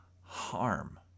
harm